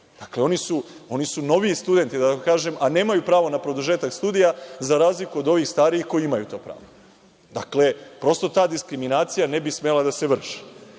Dakle, oni su noviji studenti, da tako kažem, a nemaju prava na produžetak studija, za razliku od ovih starijih koji imaju to pravo. Dakle, prosto ta diskriminacija ne bi smela da se vrši. Moj